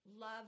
Love